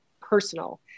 personal